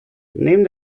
neben